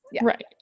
Right